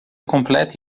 completa